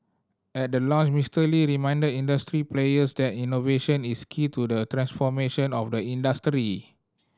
at the launch Mister Lee reminded industry players that innovation is key to the transformation of the industry